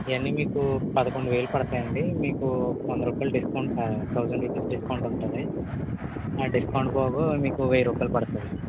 ఇవ్వన్నీ మీకు పదకొండు వేలు పడతాయి అండి మీకు వందరూపాయలు డిస్కౌంట్ ఆ థౌసాండ్ రూపీస్ డిస్కౌంట్ ఉంటుంది ఆ డిస్కౌంట్ పోగా మీకు వెయ్యిరూపాయలు పడుతుంది